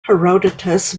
herodotus